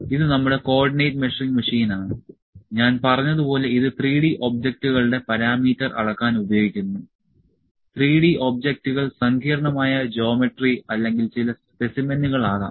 ഇത് നമ്മുടെ coordinate measuring മെഷീനാണ് ഞാൻ പറഞ്ഞത് പോലെ ഇത് 3D ഒബ്ജക്റ്റുകളുടെ പാരാമീറ്റർ അളക്കാൻ ഉപയോഗിക്കുന്നു 3D ഒബ്ജക്റ്റുകൾ സങ്കീർണ്ണമായ ജോമെട്രി അല്ലെങ്കിൽ ചില സ്പെസിമെനുകൾ ആകാം